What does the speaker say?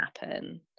happen